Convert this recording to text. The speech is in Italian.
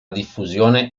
diffusione